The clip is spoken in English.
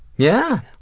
yeah.